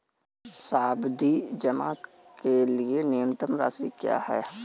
सावधि जमा के लिए न्यूनतम राशि क्या है?